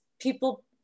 people